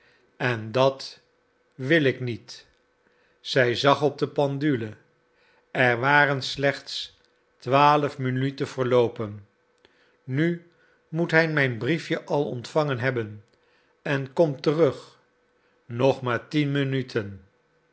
en dat wil ik niet zij zag op de pendule er waren slechts twaalf minuten verloopen nu moet hij mijn briefje al ontvangen hebben en komt terug nog maar tien minuten